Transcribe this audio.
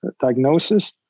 diagnosis